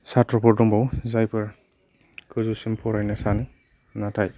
सात्रफोर दंबावो जायफोर गोजौसिम फरायनो सानो नाथाय